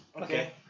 Okay